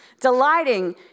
Delighting